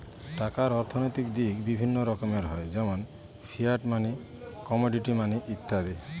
টাকার অর্থনৈতিক দিক বিভিন্ন রকমের হয় যেমন ফিয়াট মানি, কমোডিটি মানি ইত্যাদি